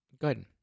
good